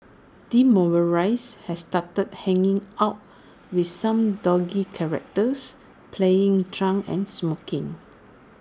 demoralised he started hanging out with some dodgy characters playing truant and smoking